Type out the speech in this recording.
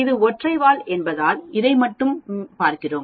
இது ஒற்றை வால் என்பதால் இதை மட்டும் பார்க்கிறோம்